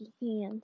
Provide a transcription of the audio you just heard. hands